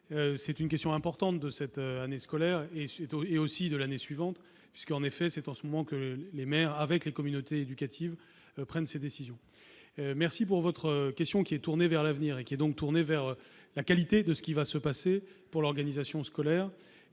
effet une question importante de cette année scolaire, mais aussi de l'année suivante, puisque c'est en ce moment que les maires, avec les communautés éducatives, prennent ces décisions. Je vous remercie de cette question qui est tournée vers l'avenir, donc vers la qualité de ce qui va se passer pour l'organisation scolaire.